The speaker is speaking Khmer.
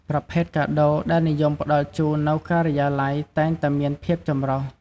ប្រភេទកាដូរដែលនិយមផ្តល់ជូននៅការិយាល័យតែងតែមានភាពចម្រុះ។